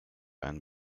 ein